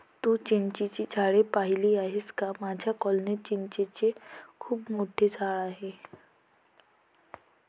तू चिंचेची झाडे पाहिली आहेस का माझ्या कॉलनीत चिंचेचे खूप मोठे झाड आहे